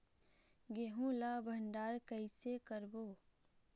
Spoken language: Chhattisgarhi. गेहूं ला भंडार कई से करबो?